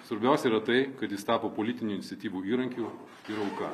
svarbia yra tai kad jis tapo politinių iniciatyvų įrankiu ir auka